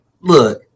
Look